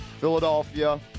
Philadelphia